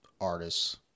artists